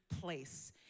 place